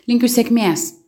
linkiu sėkmės